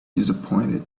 disappointed